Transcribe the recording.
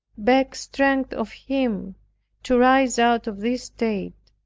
beg strength of him to rise out of this state.